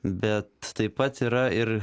bet taip pat yra ir